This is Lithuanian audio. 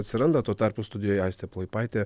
atsiranda tuo tarpu studijoj aistė plaipaitė